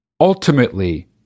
ultimately